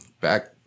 back